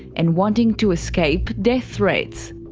and wanting to escape death threats.